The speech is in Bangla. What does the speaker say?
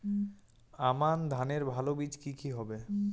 আমান ধানের ভালো বীজ কি কি হবে?